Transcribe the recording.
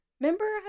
Remember